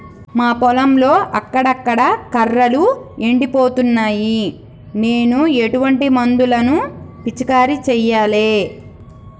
మా పొలంలో అక్కడక్కడ కర్రలు ఎండిపోతున్నాయి నేను ఎటువంటి మందులను పిచికారీ చెయ్యాలే?